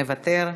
מוותר.